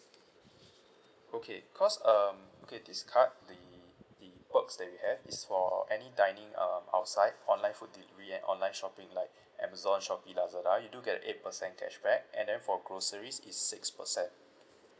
okay cause um okay this card the the rewards that we have is for any dining um outside online food delivery and online shopping like amazon shopee lazada you do get a eight percent cashback and then for groceries it's six percent